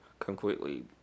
Completely